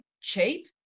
cheap